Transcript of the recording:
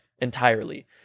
entirely